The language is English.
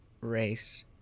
race